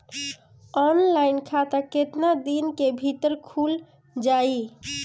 Online खाता केतना दिन के भीतर ख़ुल जाई?